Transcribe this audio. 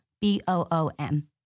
B-O-O-M